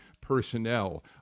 personnel